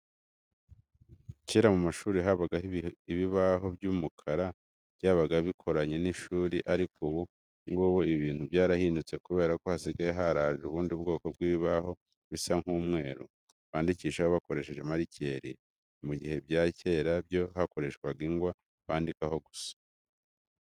Kera mu mashuri habagaho ibibaho by'umukara byabaga bikoranye n'ishuri ariko ubu ngubu ibintu byarahindutse kubera ko hasigaye haraje ubundi bwoko bw'ibibaho bisa nk'umweru, bandikishaho bakoresheje marikeri, mu gihe ibya kera byo bakoreshaga ingwa bandikaho gusa.